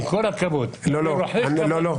עם כל הכבוד --- לא, לא.